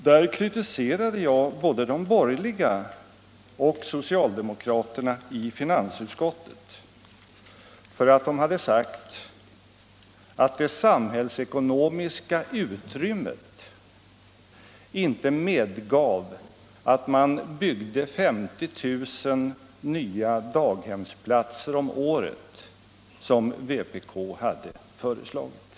Jag kritiserade både de borgerliga och socialdemokraterna i finansutskottet för att de hade sagt att det samhällsekonomiska utrymmet inte medgav att man byggde 50 000 nya daghemsplatser om året, som vpk hade föreslagit.